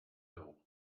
d’euros